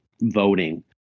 voting